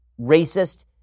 racist